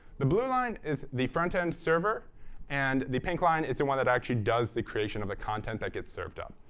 the blue line is the front-end server and the pink line is the one that actually does the creation of the content that gets served up.